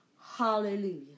Hallelujah